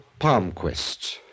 Palmquist